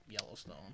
Yellowstone